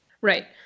Right